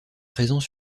présents